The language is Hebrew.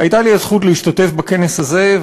הייתה לי הזכות להשתתף בכנס הזה,